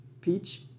peach